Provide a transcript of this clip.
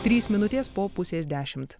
trys minutės po pusės dešimt